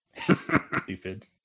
Stupid